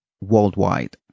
worldwide